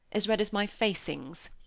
as red as my facings?